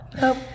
Nope